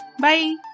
Bye